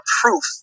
proof